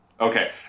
Okay